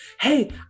hey